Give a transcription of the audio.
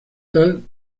tal